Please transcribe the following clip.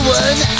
one